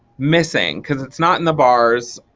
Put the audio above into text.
missing. because it's not in the bars,